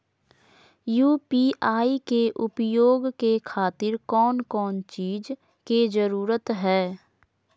UPI के उपयोग के खातिर कौन कौन चीज के जरूरत है?